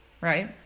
right